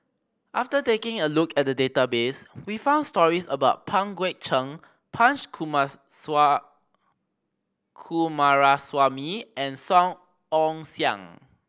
after taking a look at the database we found stories about Pang Guek Cheng Punch Coomaraswamy and Song Ong Siang